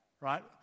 right